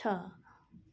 छ